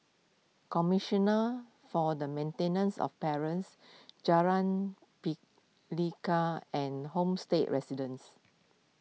Commissioner for the Maintenance of Parents Jalan Pelikat and Homestay Residences